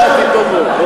קראתי טוב מאוד.